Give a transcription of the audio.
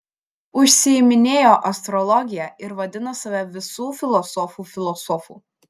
užsiiminėjo astrologija ir vadino save visų filosofų filosofu